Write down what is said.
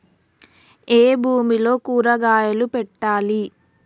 ఏ భూమిలో కూరగాయలు పెట్టాలి?